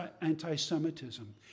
anti-Semitism